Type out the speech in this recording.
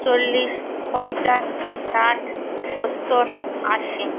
চল্লিশ পঞ্চাশ ষাট সত্তর আশি